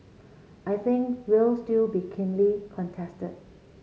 I think will still be keenly contested